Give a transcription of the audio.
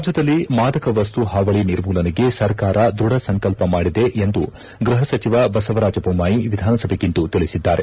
ರಾಜ್ಯದಲ್ಲಿ ಮಾದಕ ವಸ್ತು ಹಾವಳಿ ನಿರ್ಮೂಲನೆಗೆ ಸರ್ಕಾರ ದೃಢ ಸಂಕಲ್ಪ ಮಾಡಿದೆ ಎಂದು ಗೃಹ ಸಚಿವ ಬಸವರಾಜ ಬೊಮ್ಲಾಯಿ ವಿಧಾನಸಭೆಗಿಂದು ತಿಳಿಸಿದ್ದಾರೆ